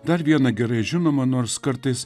dar vieną gerai žinomą nors kartais